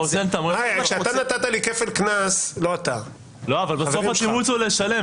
כשאתה נתת לי כפל קנס --- בסוף התירוץ הוא לשלם.